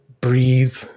breathe